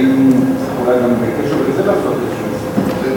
האם צריך אולי גם בקשר לזה לעשות איזשהו תיקון?